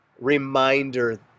reminder